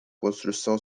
construção